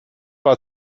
war